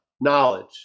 knowledge